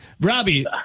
Robbie